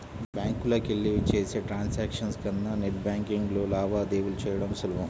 బ్యాంకులకెళ్ళి చేసే ట్రాన్సాక్షన్స్ కన్నా నెట్ బ్యేన్కింగ్లో లావాదేవీలు చెయ్యడం సులభం